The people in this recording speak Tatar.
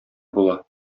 була